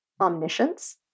omniscience